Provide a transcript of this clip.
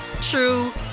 true